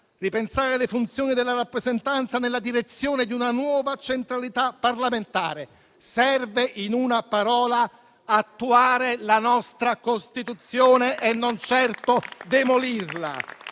ripensare le funzioni della rappresentanza nella direzione di una nuova centralità parlamentare. Serve, in una parola, attuare la nostra Costituzione e non certo demolirla.